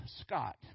Scott